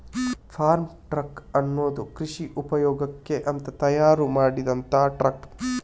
form truck ಅನ್ನುದು ಕೃಷಿ ಉಪಯೋಗಕ್ಕೆ ಅಂತ ತಯಾರು ಮಾಡಿದಂತ ಟ್ರಕ್